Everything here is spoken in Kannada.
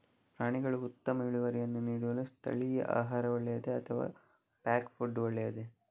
ಪ್ರಾಣಿಗಳು ಉತ್ತಮ ಇಳುವರಿಯನ್ನು ನೀಡಲು ಸ್ಥಳೀಯ ಆಹಾರ ಒಳ್ಳೆಯದೇ ಅಥವಾ ಪ್ಯಾಕ್ ಫುಡ್ ಒಳ್ಳೆಯದೇ?